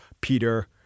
Peter